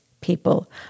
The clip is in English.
people